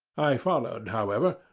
i followed, however,